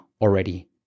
already